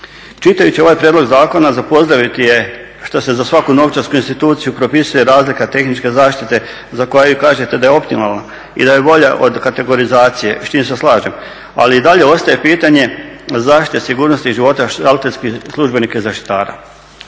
Čitajući ovaj prijedlog zakona za pozdraviti je što se za svaku novčarsku instituciju propisuje razlika tehničke zaštite za koju kažete da je optimalna i da je bolja od kategorizacije s čim se slažem, ali i dalje ostaje pitanje zaštite sigurnosti života šalterskih službenika i zaštitara.